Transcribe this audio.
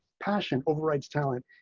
passion overrides talent.